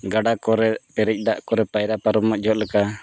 ᱜᱟᱰᱟ ᱠᱚᱨᱮ ᱯᱮᱨᱮᱡ ᱫᱟᱜ ᱠᱚᱨᱮ ᱯᱟᱭᱨᱟ ᱯᱟᱨᱚᱢᱚᱜ ᱡᱚᱠᱷᱮᱡ ᱞᱮᱠᱟ